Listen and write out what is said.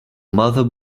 mother